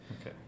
Okay